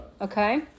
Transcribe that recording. Okay